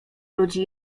ludzi